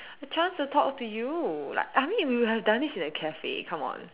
a chance to talk to you like I mean we've done this in a cafe come on